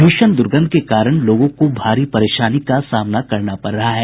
भीषण द्र्गंध के कारण लोगों को भारी परेशानी का सामना करना पड़ रहा है